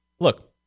Look